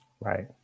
Right